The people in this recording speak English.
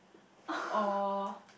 or